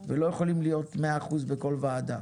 ולא יכולים להיות מאה אחוז בכל ועדה.